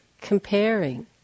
comparing